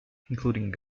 including